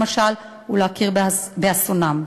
ולהכיר באסונם.